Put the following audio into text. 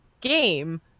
game